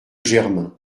germain